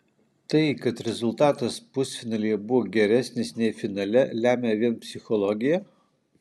tai kad rezultatas pusfinalyje buvo geresnis nei finale lemia vien psichologija